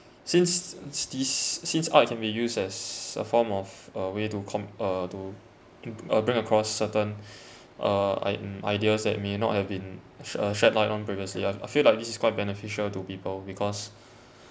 since this this since art can be used as a form of a way to com~ uh to uh bring across certain uh i~ ideas that may not have been she~ shed light on previously I feel like this is quite beneficial to people because